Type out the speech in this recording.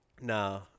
Nah